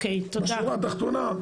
בשורה התחתונה,